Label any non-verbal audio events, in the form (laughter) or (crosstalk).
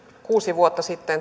kuusi vuotta sitten (unintelligible)